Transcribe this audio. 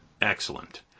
Excellent